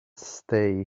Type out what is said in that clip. stay